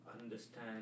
understand